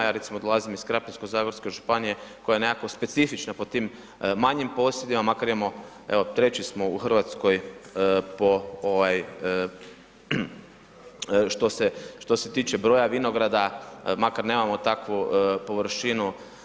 Ja recimo dolazim iz Krapinsko-zagorske županije koja je nekako specifična po tim manjim posjedima, makar imamo evo 3 smo u Hrvatskoj po ovaj što se tiče broja vinograda makar nemamo takvu površinu.